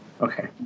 Okay